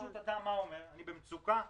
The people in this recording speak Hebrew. אדם אומר: אני במצוקה,